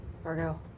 Virgo